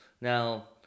Now